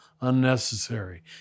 unnecessary